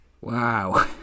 Wow